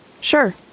Sure